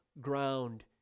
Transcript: ground